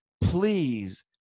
please